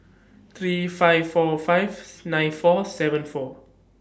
three five four five nine four seven four